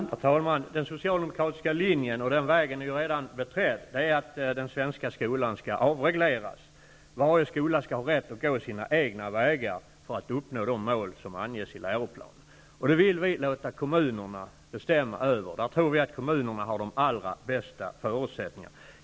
Herr talman! Den socialdemokratiska linjen är att den svenska skolan skall avregleras, och den vägen är redan beträdd. Varje skola skall har rätt att gå sina egna vägar för att uppnå de mål som anges i läroplanen. Vi vill låta kommunerna bestämma över detta, eftersom vi tror att kommunerna har de allra bästa förutsättningarna.